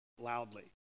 loudly